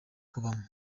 kubamo